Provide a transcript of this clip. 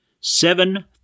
seven